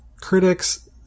critics